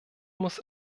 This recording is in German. muss